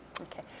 Okay